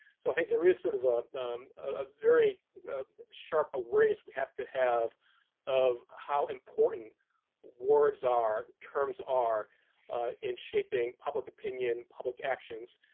so i think there is sort of ah a very sharp awareness we have to have of how important words are, terms are in shaping public opinion, public actions,